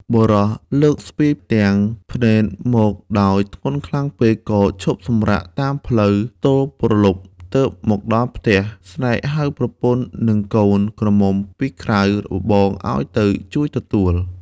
បុរសលើកស្ពាយ ទាំងភ្នែនមកដោយ ធ្ងន់ខ្លាំងពេកក៏ឈប់សំរាកតាមផ្លូវទល់ព្រលប់ទើបមកដល់ផ្ទះ ស្រែកហៅប្រពន្ធនិងកូនក្រមុំពីក្រៅ របងឱ្យទៅជួយទទួល ។